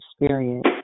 experience